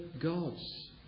gods